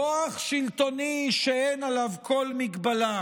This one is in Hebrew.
כוח שלטוני שאין עליו כל מגבלה.